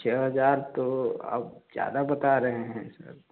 छः हज़ार तो आप ज़्यादा बता रहे हैं